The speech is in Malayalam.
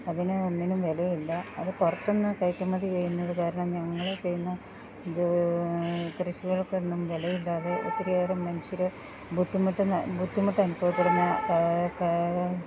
അതിന് ഒന്നിനും വില ഇല്ല അത് പുറത്തെന്ന് കയറ്റുമതി ചെയ്യുന്നത് കാരണം ഞങ്ങൾ ചെയ്യുന്ന ജോ കൃഷികൾക്ക് ഒന്നും വിലയില്ലാതെ ഒത്തിരി നേരം മനുഷ്യർ ബുദ്ധിമുട്ടുന്ന ബുദ്ധിമുട്ട് അനുഭവപ്പെടുന്ന